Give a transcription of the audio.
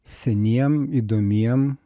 seniem įdomiem